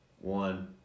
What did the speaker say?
one